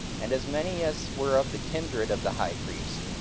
and as many as were of the kindred of the high priest,